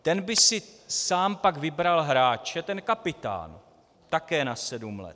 Ten by si sám pak vybral hráče, ten kapitán, také na sedm let.